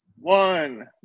One